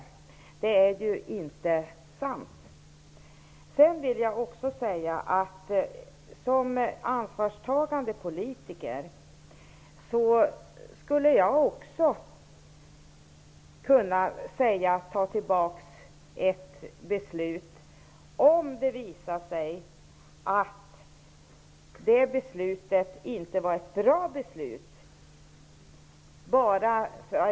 Det är ju inte sant. Som ansvarstagande politiker skall jag kunna ta tillbaka ett beslut, om det visar sig att beslutet inte är bra.